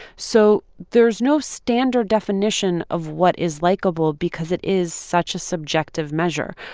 so there's no standard definition of what is likeable because it is such a subjective measure.